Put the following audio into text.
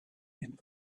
him